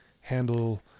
handle